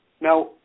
Now